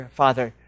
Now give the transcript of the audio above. father